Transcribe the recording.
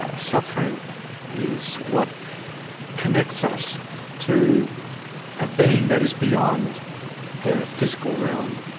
ah suffering is what connects us to a being that is beyond the physical realm.